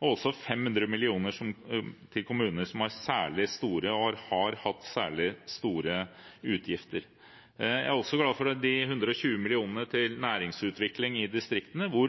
også 500 mill. kr til kommuner som har og har hatt særlig store utgifter. Jeg er også glad for de 120 mill. kr til næringsutvikling i distriktene, hvor